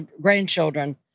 grandchildren